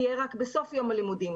תהיה רק בסוף יום הלימודים,